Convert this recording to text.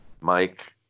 Mike